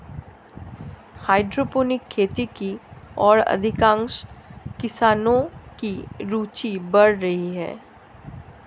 hydroponic खेती की ओर अधिकांश किसानों की रूचि बढ़ रही है